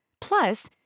Plus